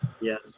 Yes